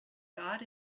got